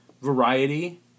variety